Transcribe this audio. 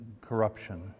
corruption